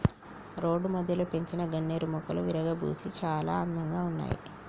road మధ్యలో పెంచిన గన్నేరు మొక్కలు విరగబూసి చాలా అందంగా ఉన్నాయి